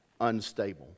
unstable